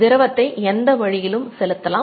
திரவத்தை எந்த வழியிலும் செலுத்தலாம்